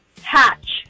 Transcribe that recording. Hatch